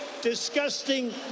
disgusting